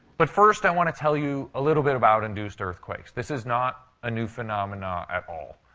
but first i want to tell you a little bit about induced earthquakes. this is not a new phenomenon at all.